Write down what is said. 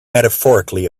metaphorically